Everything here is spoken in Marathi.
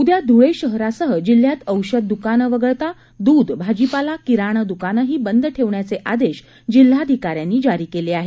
उद्या ध्ळे शहरासह जिल्ह्यात औषध द्कानं वगळता दूध भाजीपाला किराणा दुकानंही बंद ठेवण्याचे आदेश जिल्हाधिकाऱ्यांनी जारी केले आहे